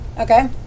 Okay